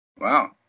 wow